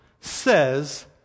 says